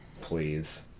Please